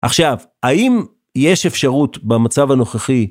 עכשיו, האם יש אפשרות במצב הנוכחי